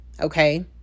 okay